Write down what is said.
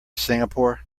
singapore